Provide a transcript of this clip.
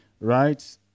Right